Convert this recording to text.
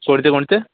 कोणते कोणते